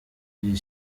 iri